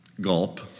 Gulp